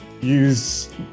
use